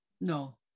no